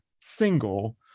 single